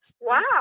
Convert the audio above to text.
Wow